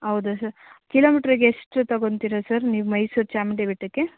ಹೌದ ಸರ್ ಕಿಲೋಮೀಟ್ರಿಗೆ ಎಷ್ಟು ತಗೊತೀರ ಸರ್ ನೀವು ಮೈಸೂರು ಚಾಮುಂಡಿ ಬೆಟ್ಟಕ್ಕೆ